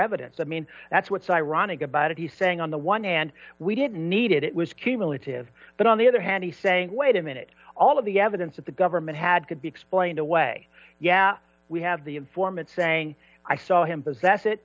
evidence i mean that's what's ironic about it he's saying on the one hand we did need it it was cumulative but on the other hand he's saying wait a minute all of the evidence that the government had could be explained away yeah we have the informant saying i saw him possess it